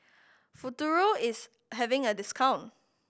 Futuro is having a discount